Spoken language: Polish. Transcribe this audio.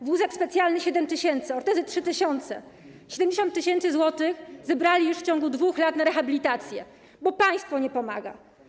Wózek specjalny - 7 tys., ortezy - 3 tys., 70 tys. zł zebrali w ciągu 2 lat na rehabilitację, bo państwo nie pomaga.